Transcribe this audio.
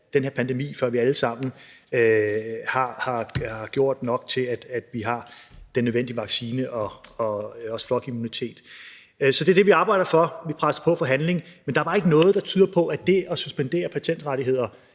den her pandemi, før vi alle sammen har gjort nok for, at vi har det nødvendige antal vacciner og også flokimmunitet. Så det er det, vi arbejder for. Vi presser på for handling, men der er bare ikke noget, der tyder på, at det at suspendere patentrettigheder